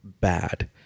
bad